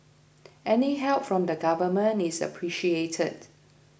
any help from the Government is appreciated